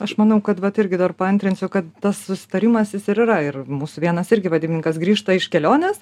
aš manau kad vat irgi dar paantrinsiu kad tas susitarimas jis ir yra ir mūsų vienas irgi vadybininkas grįžta iš kelionės